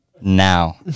Now